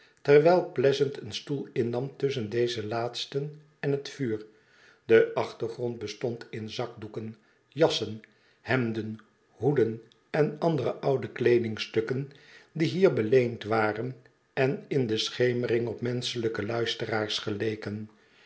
terwijl pleasant een stoel innam tusschen dezen laatsten en het vuur de achtergrond bestond in zakdoeken jassen hemden hoeden en andere oude kleedingstukken die hier beleend waren en in de schemering op menschelijke luisteraars geleken